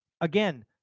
Again